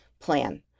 plan